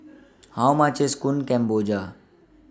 How much IS Kueh Kemboja